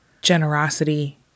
generosity